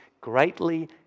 greatly